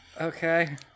Okay